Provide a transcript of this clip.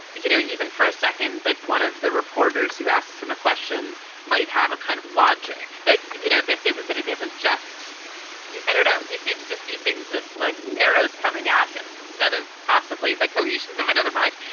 you know, even for a second that one of the reporters who asked him a question might have a kind of logic that, you know, this is that it isn't just and know he seems to see things as like arrows coming at him instead of possibly that cohesion is of another mind.